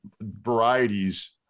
varieties